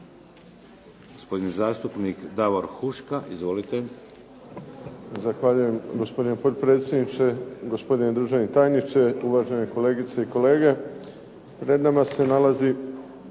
Gospodin zastupnik Davor Huška izvolite.